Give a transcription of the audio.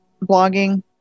blogging